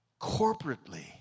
corporately